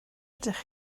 ydych